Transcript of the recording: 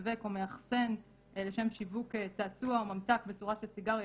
משווק או מאחסן לשם שיווק צעצוע או ממתק בצורה של סיגריה,